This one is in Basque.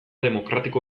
demokratiko